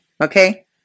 Okay